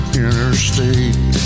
interstate